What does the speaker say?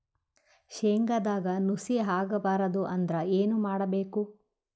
ಶೇಂಗದಾಗ ನುಸಿ ಆಗಬಾರದು ಅಂದ್ರ ಏನು ಮಾಡಬೇಕು?